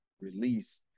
release